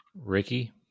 Ricky